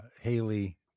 Haley